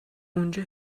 اونجا